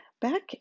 back